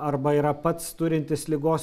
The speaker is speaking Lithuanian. arba yra pats turintis ligos